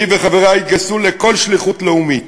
שהיא וחבריה התגייסו לכל שליחות לאומית: